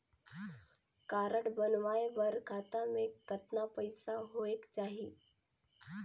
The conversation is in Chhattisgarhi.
कारड बनवाय बर खाता मे कतना पईसा होएक चाही?